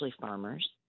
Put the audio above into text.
farmers